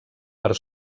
però